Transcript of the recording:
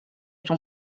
son